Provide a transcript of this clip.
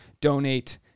donate